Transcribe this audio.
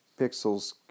pixels